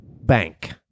bank